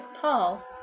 Paul